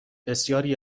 بسیاری